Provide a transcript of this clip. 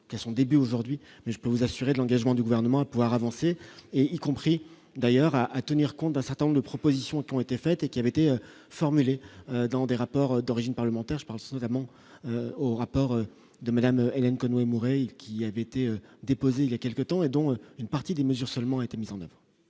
qu'à son début, aujourd'hui, mais je peux vous assurer de l'engagement du gouvernement à pouvoir avancer et y compris d'ailleurs à à tenir compte d'un certain nombre de propositions qui ont été faites et qui avaient été formulées dans des rapports d'origine parlementaire, je pense notamment au rapport de Madame Hélène Conway Mouret il qui avait été déposé il y a quelque temps, et dont une partie des mesures seulement été mise en avant.